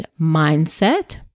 mindset